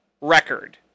record